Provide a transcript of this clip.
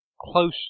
close